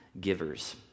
givers